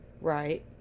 Right